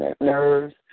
nerves